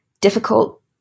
difficult